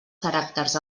caràcters